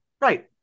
right